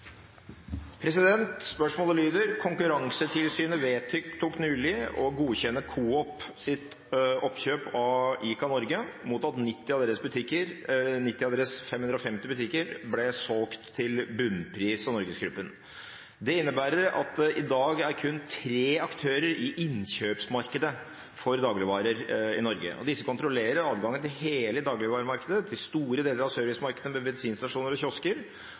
Spørsmålet lyder: «Konkurransetilsynet vedtok nylig å godkjenne Coops kjøp av ICA Norge mot at 90 av deres ca. 550 butikker ble solgt til Bunnpris og NorgesGruppen. Dette innebærer at det kun er 3 aktører i innkjøpsmarkedet for dagligvarer i Norge. Disse kontrollerer adgangen til hele dagligvaremarkedet, store deler av servicemarkedet med bensinstasjoner og kiosker,